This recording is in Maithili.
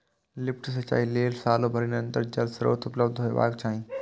लिफ्ट सिंचाइ लेल सालो भरि निरंतर जल स्रोत उपलब्ध हेबाक चाही